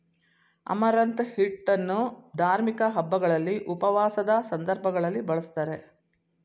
amaranth ಹಿಟ್ಟನ್ನು ಧಾರ್ಮಿಕ ಹಬ್ಬಗಳಲ್ಲಿ, ಉಪವಾಸದ ಸಂದರ್ಭಗಳಲ್ಲಿ ಬಳ್ಸತ್ತರೆ